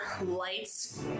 lights